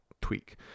tweak